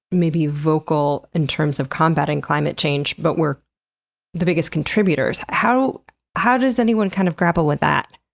maybe, vocal in terms of combating climate change, but we're the biggest contributors. how how does anyone kind of grapple with that?